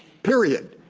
period.